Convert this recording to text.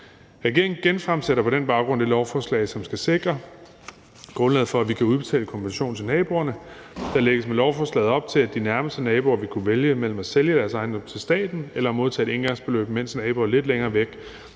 Regeringen genfremsætter på den baggrund et lovforslag, som skal sikre grundlaget for, at vi kan udbetale en kompensation til naboerne. Der lægges med lovforslaget op til, at de nærmeste naboer vil kunne vælge mellem at sælge deres ejendom til staten eller modtage et engangsbeløb, mens naboer lidt længere væk